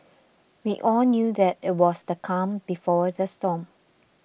we all knew that it was the calm before the storm